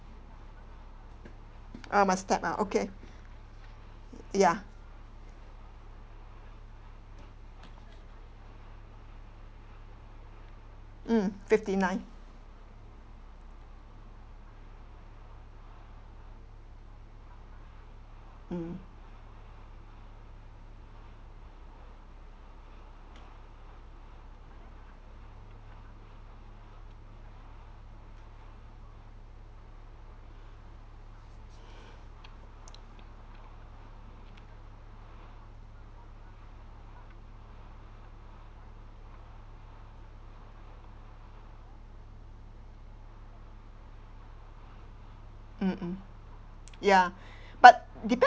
oh must tap ah okay ya mm fifty nine mm mm mm ya but depend